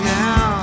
now